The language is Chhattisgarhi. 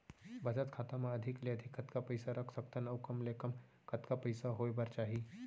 बचत खाता मा अधिक ले अधिक कतका पइसा रख सकथन अऊ कम ले कम कतका पइसा होय बर चाही?